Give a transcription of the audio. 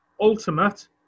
ultimate